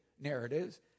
narratives